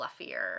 fluffier